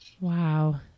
Wow